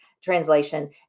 translation